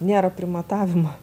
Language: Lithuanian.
nėra primatavimo